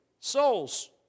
Souls